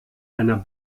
einer